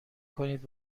کنید